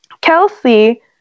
Kelsey